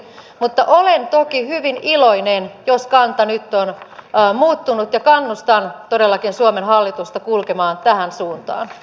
mutta olen toki hyvin iloinen jos kanta nyt on muuttunut ja kannustan todellakin suomen hallitusta kulkemaan tähän suuntaan